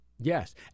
Yes